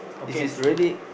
this is really